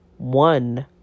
One